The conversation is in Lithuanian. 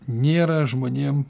nėra žmonėm